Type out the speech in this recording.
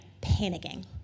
panicking